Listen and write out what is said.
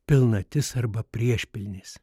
pilnatis arba priešpilnis